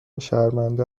شرمنده